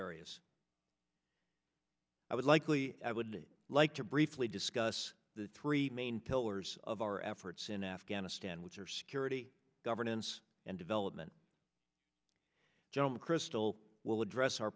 areas i would likely i would like to briefly discuss the three main pillars of our efforts in afghanistan which are security governance and development general mcchrystal will address our